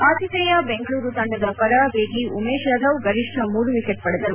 ಆತಿಥೇಯ ಬೆಂಗಳೂರು ತಂಡದ ಪರ ವೇಗಿ ಉಮೇಶ್ ಯಾದವ್ ಗರಿಷ್ಣ ಮೂರು ವಿಕೆಟ್ ಪಡೆದರು